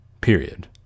period